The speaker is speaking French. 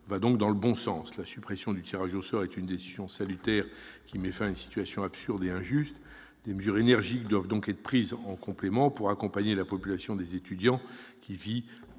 va dans le bon sens. La suppression du tirage au sort est une décision salutaire, qui met fin à une situation absurde et injuste. Des mesures énergiques doivent être prises en complément pour accompagner la population étudiante, qui connaît